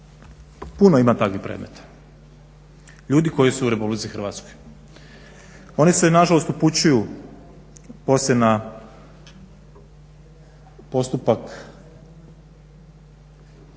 Puno ima takvih predmeta ljudi koji su u Republici Hrvatskoj. Oni se na žalost upućuju poslije na postupak